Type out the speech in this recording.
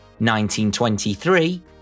1923